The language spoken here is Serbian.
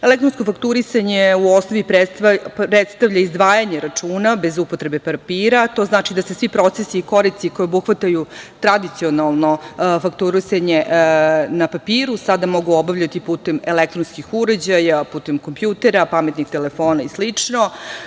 državi. Elektronsko fakturisanje u osnovi predstavlja izdvajanje računa, bez upotrebe papira, to znači da se svi procesi i korici, koja obuhvataju tradicionalno fakturisanje na papiru, sada mogu obavljati putem elektronskih uređaja, putem kompjutera, pametnih telefona i